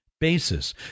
basis